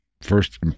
first